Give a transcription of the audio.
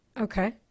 Okay